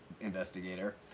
Investigator